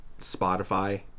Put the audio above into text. Spotify